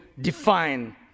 define